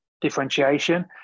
differentiation